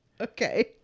Okay